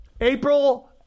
April